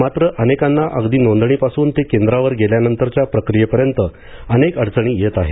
मात्र अनेकांना अगदी नोंदणीपासून ते केंद्रावर गेल्यानंतरच्या प्रक्रियेपर्यंत अनेक अडचणी येत आहेत